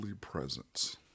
presence